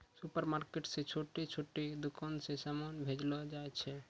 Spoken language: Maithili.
सुपरमार्केट से छोटो छोटो दुकान मे समान भेजलो जाय छै